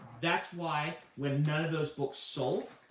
that's why when none of those books sold